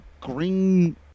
green